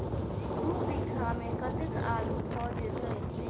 दु बीघा मे कतेक आलु भऽ जेतय?